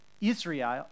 Israel